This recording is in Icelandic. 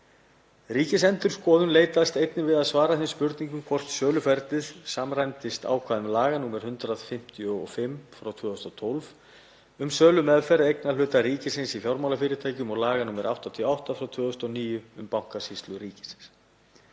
Ríkisendurskoðun leitast einnig við að svara þeim spurningum hvort söluferlið samræmdist ákvæðum laga nr. 155/2012, um sölumeðferð eignarhluta ríkisins í fjármálafyrirtækjum, og laga nr. 88/2009, um Bankasýslu ríkisins,